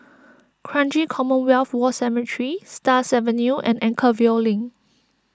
Kranji Commonwealth War Cemetery Stars Avenue and Anchorvale Link